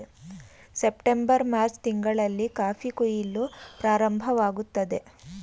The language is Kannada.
ಸಪ್ಟೆಂಬರ್ ಮಾರ್ಚ್ ತಿಂಗಳಲ್ಲಿ ಕಾಫಿ ಕುಯಿಲು ಪ್ರಾರಂಭವಾಗುತ್ತದೆ